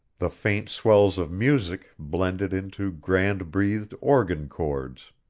the faint swells of music blended into grand-breathed organ chords.